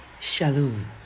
Shalom